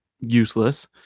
useless